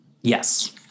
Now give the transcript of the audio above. yes